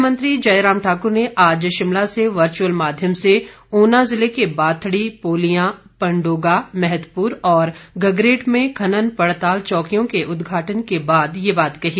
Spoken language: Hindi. मुख्यमंत्री जयराम ठाकुर ने आज शिमला से वर्चुअल माध्यम से ऊना जिले के बाथडी पोलिया पंडोगा मैहतपुर और गगरेट में खनन पड़ताल चौकियों के उद्घाटन के बाद ये बात कही